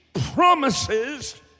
promises